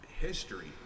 history